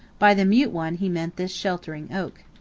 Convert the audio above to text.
by the mute one he meant this sheltering oak.